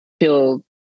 feel